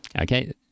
Okay